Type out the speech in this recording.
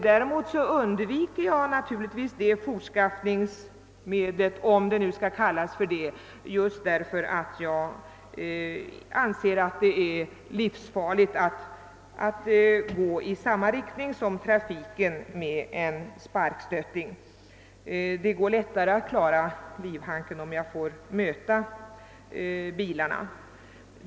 I stället undviker jag det fortskaffningsmedlet, om jag skall kalla det så, just därför att jag anser att det är livsfarligt att gå med en sparkstötting i samma riktning som trafiken. Jag kan klara livhanken lättare om jag får möta bilarna.